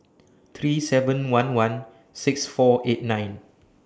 three seven one one six four eight nine